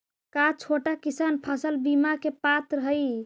का छोटा किसान फसल बीमा के पात्र हई?